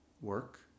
work